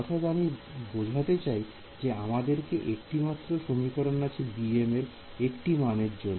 অর্থাৎ আমি বোঝাতে চাই যে আমাদের একটিমাত্র সমীকরণ আছে bm এর একটি মানের জন্য